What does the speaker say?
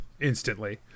instantly